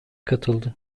katıldı